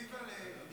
אדוני,